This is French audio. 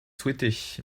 souhaitez